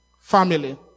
family